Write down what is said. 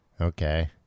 Okay